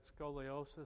scoliosis